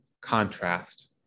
contrast